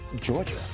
Georgia